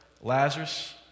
Lazarus